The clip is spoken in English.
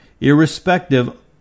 irrespective